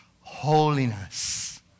holiness